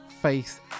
Faith